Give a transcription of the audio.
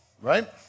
right